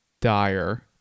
dire